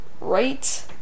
right